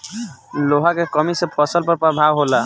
लोहा के कमी से फसल पर का प्रभाव होला?